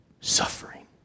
suffering